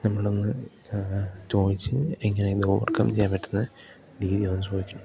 നമ്മൾ ഒന്ന് ചോദിച്ച് എങ്ങനെ ഇത് ഓവർകം ചെയ്യാൻ പറ്റുന്നത് രീതിയൊന്ന് ചോദിക്കണം